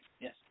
Yes